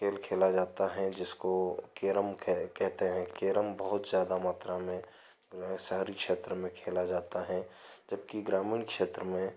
खेल खेला जाता है जिसको केरम कहते हैं केरम बहुत ज़्यादा मात्रा में शहरी क्षेत्र में खेला जाता है जबकि ग्रामीण क्षेत्र में